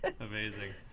Amazing